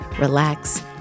relax